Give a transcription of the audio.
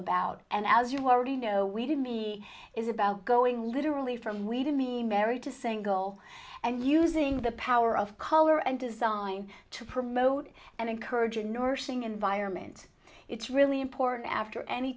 about and as you already know we did me is about going literally from we demean mary to single and using the power of color and design to promote and encourage a nursing environment it's really important after any